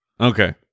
Okay